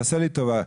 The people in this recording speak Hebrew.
תעשה לי טובה.